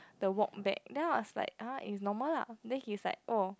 the walk back then I was like it's normal lah then he's like